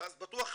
ואז בטוח מהשלוש,